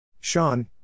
Sean